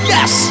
Yes